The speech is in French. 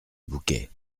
bouquet